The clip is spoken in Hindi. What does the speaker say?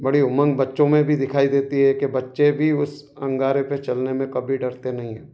बड़ी उमंग बच्चों मे भी दिखाई देती है की बच्चे भी उस अंगारे में चलने में कभी डरते नहीं हैं